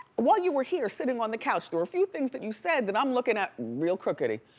while you were here sitting on the couch, there were a few things that you said that i'm looking at real crookedy.